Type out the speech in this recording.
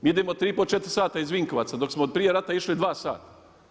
Mi idemo 3,5, 4 sata iz Vinkovaca, dok smo prije rata išli 2 sata.